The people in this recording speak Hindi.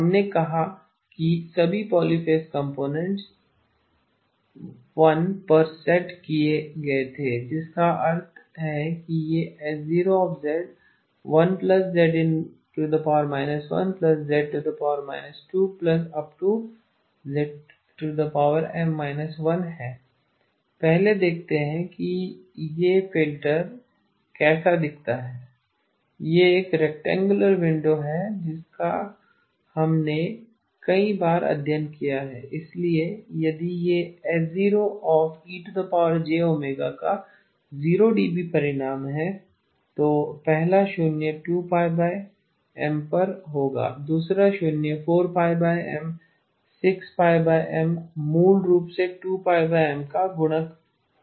हमने कहा कि सभी पॉलीफ़ेज़ कंपोनेंट्स 1 पर सेट किए गए थे जिसका अर्थ है कि यह H01z 1z 2z है पहले देखते हैं कि यह फिल्टर कैसा दिखता है यह एक रेक्टैंगुलार विंडो है जिसका हमने कई बार अध्ययन किया है इसलिए यदि यह H0e jω का 0 dB परिमाण है तो पहला शून्य 2πM पर होगा दूसरा शून्य 4πM 6πM मूल रूप से 2πMका गुणक होगा